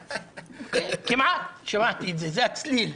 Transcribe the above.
כמעט שמעתי את זה, זה הצליל.